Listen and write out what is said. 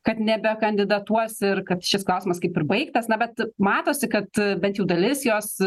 kad nebekandidatuos ir kad šis klausimas kaip ir baigtas na bet matosi kad bent jau dalis jos